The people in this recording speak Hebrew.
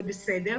זה בסדר,